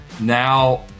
Now